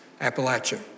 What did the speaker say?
Appalachia